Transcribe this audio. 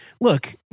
look